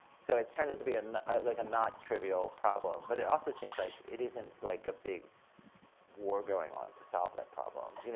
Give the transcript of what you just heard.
so it turns out to be and like a not trivial problem, but it also seems like it isn't like a big war going on to solve that problem. you know